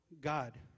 God